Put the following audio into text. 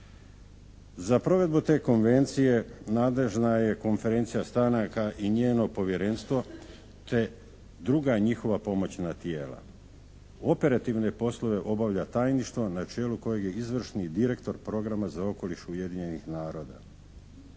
Za provedbu te konvencije nadležna je Konferencija stranaka i njeno povjerenstvo te druga njihova pomoćna tijela. Operativne poslove obavlja tajništvo na čelu kojeg je izvršni direktor programa za okoliš Ujedinjenih naroda.